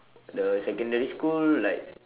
the secondary school like